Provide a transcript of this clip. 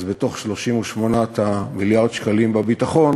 אז בתוך 38 מיליארד השקלים בביטחון